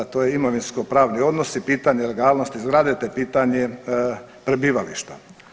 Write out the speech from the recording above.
To je imovinsko-pravni odnos i pitanje legalnosti zgrade, te pitanje prebivališta.